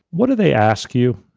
what do they ask you?